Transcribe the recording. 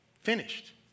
Finished